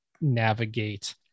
navigate